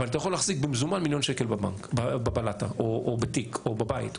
אבל אתה יכול להחזיק במזומן מיליון שקל בבלטה או בתיק או בבית,